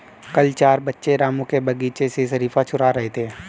कल चार बच्चे रामू के बगीचे से शरीफा चूरा रहे थे